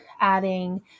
adding